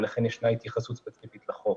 ולכן ישנה התייחסות ספציפית בחוק.